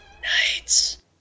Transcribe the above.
Nights